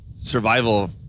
survival